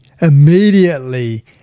immediately